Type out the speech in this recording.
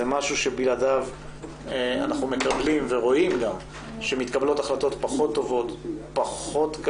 זה משהו שבלעדיו אנחנו רואים שמתקבלות החלטות טובות פחות,